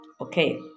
Okay